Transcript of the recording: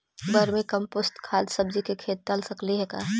Vermi compost खाद सब्जी के खेत दाल सकली हे का?